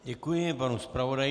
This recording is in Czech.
Děkuji panu zpravodaji.